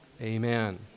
Amen